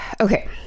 okay